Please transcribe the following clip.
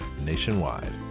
nationwide